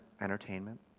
entertainment